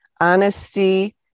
Honesty